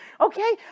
okay